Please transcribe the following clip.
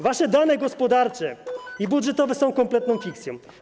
Wasze dane gospodarcze i budżetowe są kompletną fikcją.